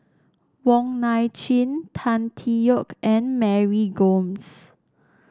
Wong Nai Chin Tan Tee Yoke and Mary Gomes